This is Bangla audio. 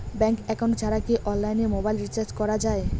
ব্যাংক একাউন্ট ছাড়া কি অনলাইনে মোবাইল রিচার্জ করা যায়?